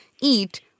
eat